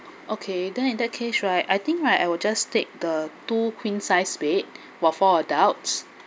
okay then in that case right I think like I will just take the two queen size bed while four adults